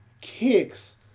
kicks